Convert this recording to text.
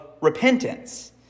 repentance